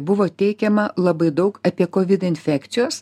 buvo teikiama labai daug apie kovid infekcijos